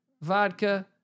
vodka